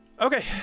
Okay